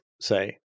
say